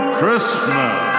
Christmas